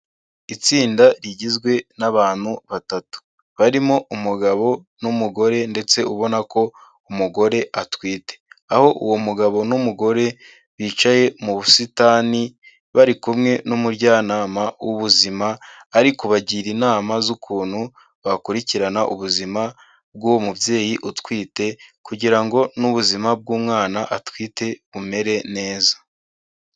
Itsinda rigizwe n'abantu batatu. Barimo umugabo n'umugore ndetse ubona ko umugore atwite. Aho uwo mugabo n'umugore bicaye mu busitani bari kumwe n'umujyanama w'ubuzima, ari kubagira inama z'ukuntu bakurikirana ubuzima bw'uwo mubyeyi utwite kugira ngo n'ubuzima bw'umwana atwite bumere neza.